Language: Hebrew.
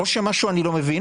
או שמשהו אני לא מבין